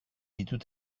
ditut